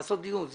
נעשה דיון.